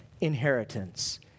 inheritance